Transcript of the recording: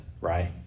right